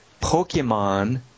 Pokemon